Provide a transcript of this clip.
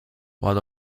what